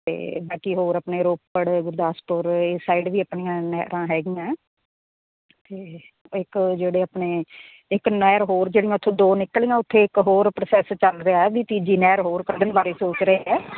ਅਤੇ ਬਾਕੀ ਹੋਰ ਆਪਣੇ ਰੋਪੜ ਗੁਰਦਾਸਪੁਰ ਇਹ ਸਾਈਡ ਵੀ ਆਪਣੀਆਂ ਨਹਿਰਾਂ ਹੈਗੀਆਂ ਅਤੇ ਇੱਕ ਜਿਹੜੇ ਆਪਣੇ ਇੱਕ ਨਹਿਰ ਹੋਰ ਜਿਹੜੀਆਂ ਉੱਥੋਂ ਦੋ ਨਿਕਲੀਆਂ ਉੱਥੇ ਇੱਕ ਹੋਰ ਪ੍ਰੋਸੈਸ ਚੱਲ ਰਿਹਾ ਵੀ ਤੀਜੀ ਨਹਿਰ ਹੋਰ ਕੱਢਣ ਬਾਰੇ ਸੋਚ ਰਹੇ ਹੈ